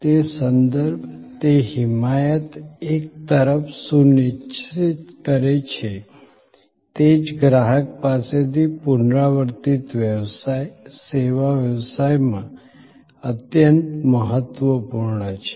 તે સંદર્ભ તે હિમાયત એક તરફ સુનિશ્ચિત કરે છે તે જ ગ્રાહક પાસેથી પુનરાવર્તિત વ્યવસાય સેવા વ્યવસાયમાં અત્યંત મહત્વપૂર્ણ છે